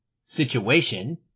situation